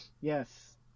Yes